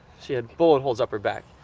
she had bullet holes up her back.